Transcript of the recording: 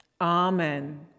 Amen